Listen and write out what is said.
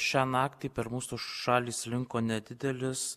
šią naktį per mūsų šalį slinko nedidelis